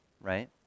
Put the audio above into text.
right